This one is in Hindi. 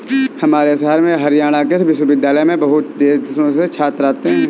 हमारे शहर में हरियाणा कृषि विश्वविद्यालय में बहुत देशों से छात्र आते हैं